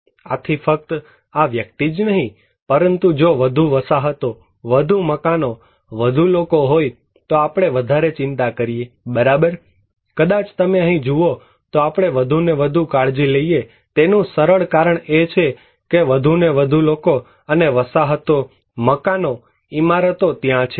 આથી ફક્ત આ વ્યક્તિ જ નહીં પરંતુ જો વધુ વસાહતો વધુ મકાનો વધુ લોકો હોય તો આપણે વધારે ચિંતા કરીએ બરાબર કદાચ તમે અહીં જુઓ તો આપણે વધુ ને વધુ કાળજી લઈએ તેનું સરળ કારણ એ છે કે વધુ ને વધુ લોકો અને વસાહતો મકાનો ઇમારતો ત્યાં છે